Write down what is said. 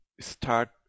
start